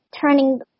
turning